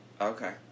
Okay